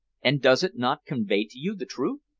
and does it not convey to you the truth?